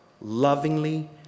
lovingly